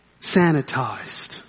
sanitized